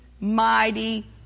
mighty